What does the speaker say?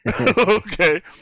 okay